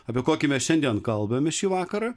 apie kokį mes šiandien kalbame šį vakarą